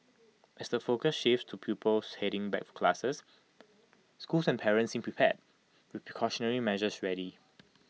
as the focus shifts to pupils heading back for classes schools and parents seem prepared with precautionary measures ready